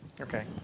Okay